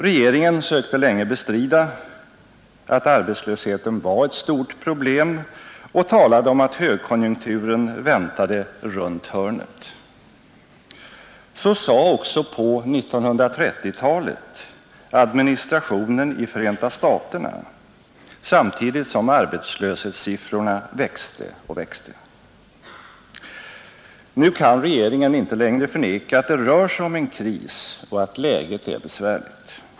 Regeringen sökte länge bestrida att arbetslösheten var ett stort problem och talade om att högkonjunkturen väntade ”runt hörnet”. Så sade också på 1930-talet administrationen i Förenta staterna samtidigt som arbetslöshetssiffrorna växte och växte. Nu kan regeringen inte längre förneka att det rör sig om en kris och att läget är besvärligt.